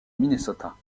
minnesota